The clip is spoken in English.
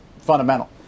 fundamental